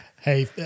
Hey